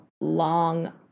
long